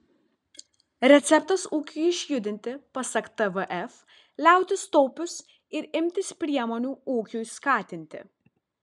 receptas ūkiui išjudinti pasak tvf liautis taupius ir imtis priemonių ūkiui skatinti